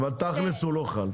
אבל תכל'ס הוא לא חל.